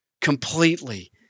completely